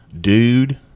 dude